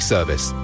service